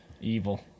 Evil